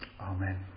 Amen